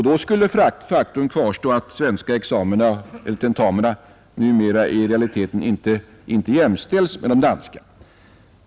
Då skulle det faktum kvarstå, att svenska examina och tentamina numera i realiteten inte jämställs med de danska.